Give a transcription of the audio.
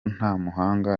ntamuhanga